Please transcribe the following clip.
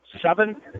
seven